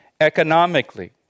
economically